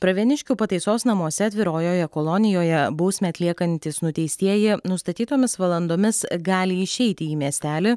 pravieniškių pataisos namuose atvirojoje kolonijoje bausmę atliekantys nuteistieji nustatytomis valandomis gali išeiti į miestelį